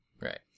Right